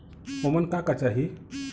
ओमन का का चाही?